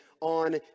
on